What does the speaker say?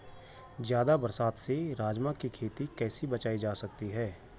ज़्यादा बरसात से राजमा की खेती कैसी बचायी जा सकती है?